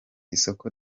isoko